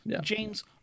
james